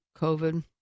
COVID